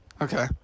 Okay